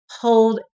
hold